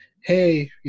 hey